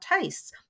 tastes